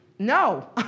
No